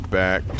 back